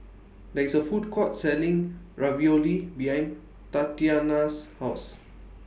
There IS A Food Court Selling Ravioli behind Tatyanna's House